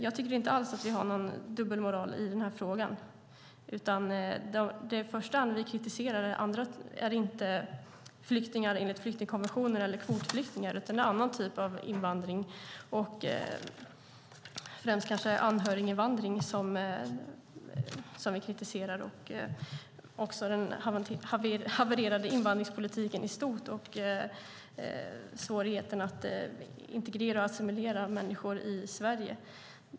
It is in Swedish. Jag tycker inte alls att vi har någon dubbelmoral i frågan. Det vi i första hand kritiserar är inte flyktingar enligt flyktingkonventionen eller kvotflyktingar, utan det är en annan typ av invandring. Främst är det kanske anhöriginvandring som vi kritiserar och även den havererade invandringspolitiken i stort och svårigheten att integrera och assimilera människor i Sverige.